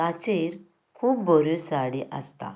ताचेर खूब बऱ्यो साडी आसतात